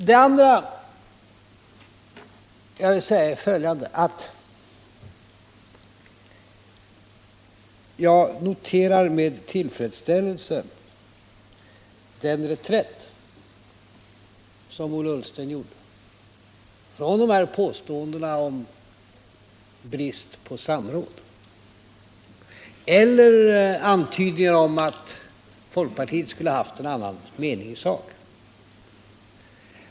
Det andra jag vill säga är följande: Jag noterar med tillfredsställelse den reträtt som Ola Ullsten gjorde från påståendena om brist på samråd eller antydningarna om att folkpartiet skulle ha haft en annan mening i sak.